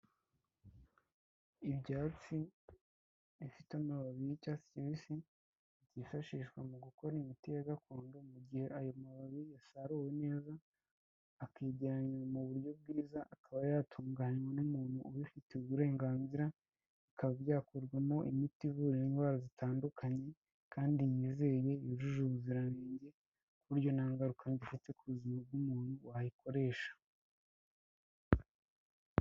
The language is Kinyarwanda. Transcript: Ibyatsi bifite amababi y'icyatsi kibisi byifashishwa mu gukora imiti ya gakondo mu gihe ayo mababi yasaruwe neza, akegeranywa mu buryo bwiza, akaba yatunganywa n'umuntu ubifitiye uburenganzira, bikaba byakurwamo imiti ivura indwara zitandukanye, kandi yizewe yujuje ubuziranenge ku buryo nta ngaruka mbi bifite ku buzima bw'umuntu wayikoresha.